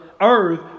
earth